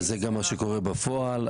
זה גם מה שקורה בפועל.